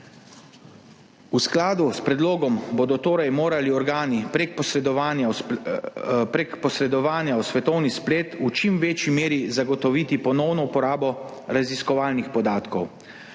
V skladu s predlogom bodo torej morali organi prek posredovanja v svetovni splet v čim večji meri zagotoviti ponovno uporabo raziskovalnih podatkov,